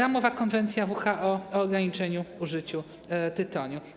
Ramowa konwencja WHO o ograniczeniu użycia tytoniu.